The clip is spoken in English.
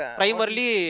primarily